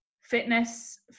fitness